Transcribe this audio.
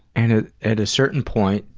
and, at a certain point,